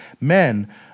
Men